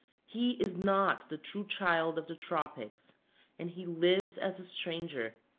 he is not the true child of the tropics and he lives as a stranger,